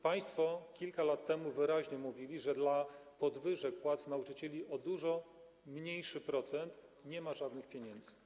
Państwo kilka lat temu wyraźnie mówili, że na podwyżki płac nauczycieli o dużo mniejszy procent nie ma żadnych pieniędzy.